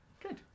good